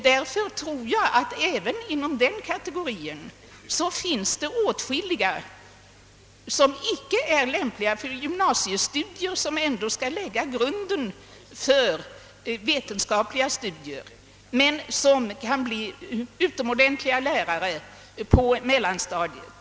Därför tror jag att det också inom den kategorin finns åtskilliga som icke är lämpliga för gymnasiestudier, som ju ändå skall lägga grunden för vetenskapliga studier, men som kan bli utomordentligt goda lärare på mellanstadiet.